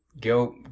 go